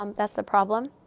um that's a problem.